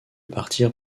partir